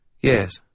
Yes